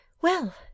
Well